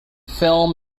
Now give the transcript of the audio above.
film